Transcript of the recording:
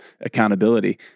accountability